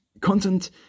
content